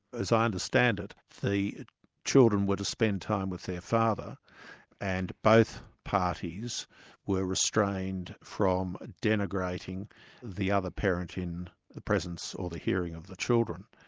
as i understand it, the children were to spend time with their father and both parties were restrained from denigrating the other parent in the presence or the hearing of the children.